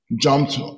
jumped